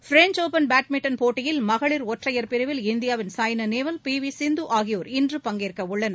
French open badminton போட்டியில் மகளிர் ஒற்றையர் பிரிவில் இந்தியாவின் சாய்னாநேவால் பிவிசிந்துஆகியோர் இன்று பங்கேற்கஉள்ளனர்